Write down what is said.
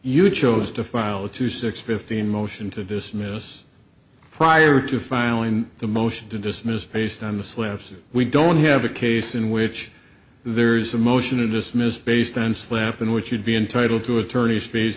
you chose to file a two six fifteen motion to dismiss prior to filing the motion to dismiss based on the slips that we don't have a case in which there's a motion to dismiss based and slept in which you'd be entitled to attorney's